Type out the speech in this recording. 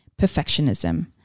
perfectionism